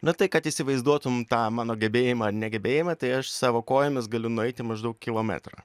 nu tai kad įsivaizduotum tą mano gebėjimą ar negebėjimą tai aš savo kojomis galiu nueiti maždaug kilometrą